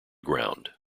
ground